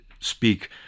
speak